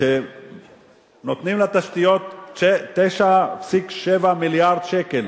כשנותנים לתשתיות 9.7 מיליארד שקל,